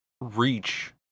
reach